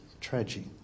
tragedy